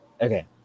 Okay